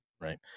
right